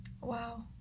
Wow